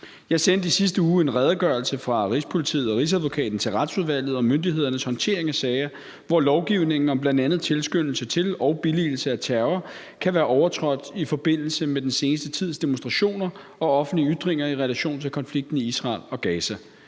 Jeg sendte i sidste uge en redegørelse fra Rigspolitiet og Rigsadvokaten til Retsudvalget om myndighedernes håndtering af sager, hvor lovgivningen om bl.a. tilskyndelse til og billigelse af terror kan være overtrådt i forbindelse med den seneste tids demonstrationer og offentlige ytringer i relation til konflikten i Israel og Gaza.